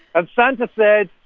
and santa said,